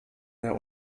der